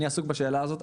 אני עסוק בשאלה הזאת.